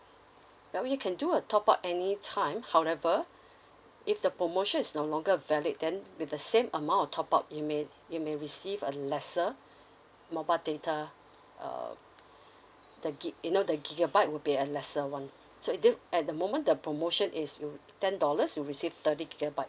but you can do a top up any time however if the promotion is no longer a valid then with the same amount of top up you may you may receive a lesser mobile data err the gig~ you know the gigabyte will be a lesser one so it th~ at the moment the promotion is you ten dollars you receive thirty gigabyte